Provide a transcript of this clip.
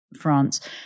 France